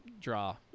draw